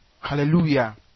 Hallelujah